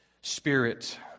Spirit